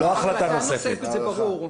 החלטה נוספת, זה ברור.